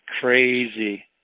crazy